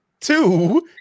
Two